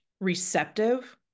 receptive